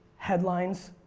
headlines,